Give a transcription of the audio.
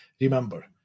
remember